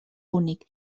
únic